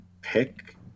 pick